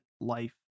life